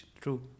True